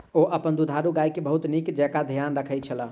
ओ अपन दुधारू गाय के बहुत नीक जेँका ध्यान रखै छला